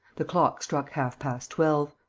the clock struck half-past twelve.